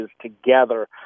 together